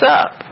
up